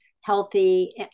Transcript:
healthy